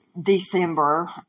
December